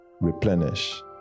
replenish